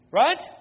right